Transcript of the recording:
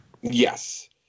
Yes